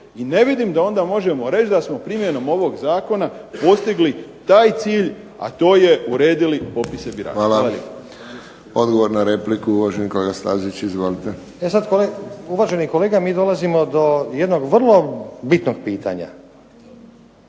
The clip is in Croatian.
I ne vidim da onda možemo reći da smo primjenom ovog zakona postigli taj cilj, a to je uredili popise birača. Hvala lijepo. **Friščić, Josip (HSS)** Hvala. Odgovor na repliku, uvaženi kolega Stazić. Izvolite. **Stazić, Nenad (SDP)** Uvaženi kolega mi dolazimo do jednog vrlo bitnog pitanja.